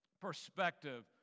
perspective